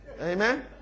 amen